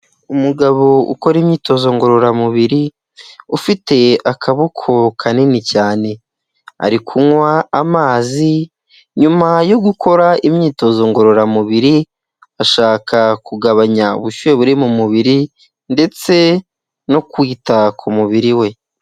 Umugabo ukora imyitozo ngororamubiri ufite akaboko kanini cyane, ari kunywa amazi nyuma yo gukora imyitozo ngororamubiri ashaka kugabanya ubushyuhe buri mu mubiri ndetse no kwita ku mubiri we.